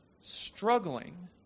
struggling